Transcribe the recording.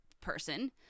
person